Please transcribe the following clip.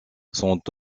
sont